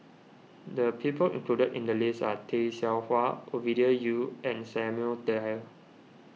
the people included in the list are Tay Seow Huah Ovidia Yu and Samuel Dyer